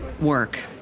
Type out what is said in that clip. work